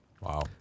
Wow